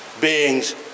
beings